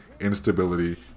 instability